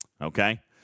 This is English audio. Okay